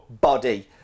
body